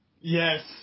Yes